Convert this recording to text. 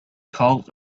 called